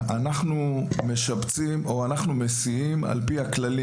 אנחנו מסיעים על פי הכללים,